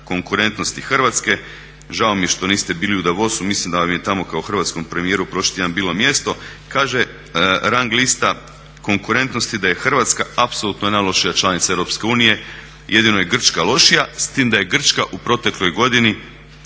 konkurentnosti Hrvatske, žao mi je što niste bili u …, mislim da vam je tamo kao hrvatskom premijeru prošli tjedan bilo mjesto. Kaže rang lista konkurentnosti da je Hrvatska apsolutno najlošija članica Europske unije, jedino je Grčka lošija, s tim da je Grčka u protekloj godini